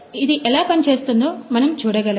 ఇది ఎలా పనిచేస్తుందో మనం చూడగలమా